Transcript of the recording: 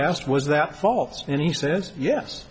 asked was that false and he says yes